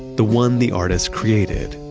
the one the artist created,